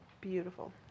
Beautiful